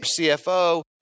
CFO